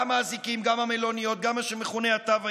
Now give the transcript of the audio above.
גם האזיקים, גם המלוניות, גם מה שמכונה התו הירוק,